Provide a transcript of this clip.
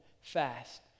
fast